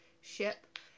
ship